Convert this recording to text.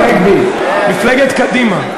תמיד העובדות הן בעיני המתבונן.